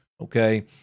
Okay